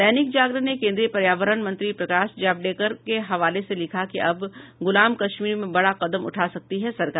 दैनिक जागरण ने केन्द्रीय पर्यावरण मंत्री प्रकाश जावडेकर के हवाले से लिखा है अब गुलाम कश्मीर में बड़ा कदम उठा सकती है सरकार